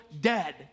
dead